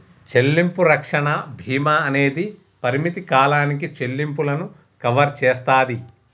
చెల్లింపు రక్షణ భీమా అనేది పరిమిత కాలానికి చెల్లింపులను కవర్ చేస్తాది